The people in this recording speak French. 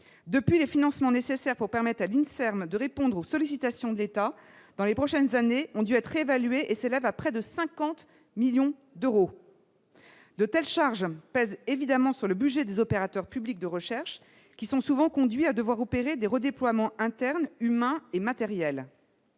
depuis les financements nécessaires pour permettre à l'INSERM de répondre aux sollicitations d'État dans les prochaines années, ont dû être évalués et s'élève à près de 50 millions d'euros de telles charges pèsent évidemment sur le budget des opérateurs publics de recherche qui sont souvent conduits à devoir opérer des redéploiements internes, humains et matériels,